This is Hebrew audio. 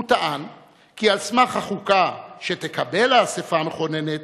הוא טען כי על סמך החוקה שתקבל האספה המכוננת